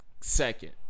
Second